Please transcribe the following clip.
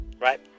right